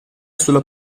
sulla